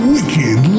Wicked